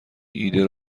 ایده